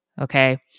Okay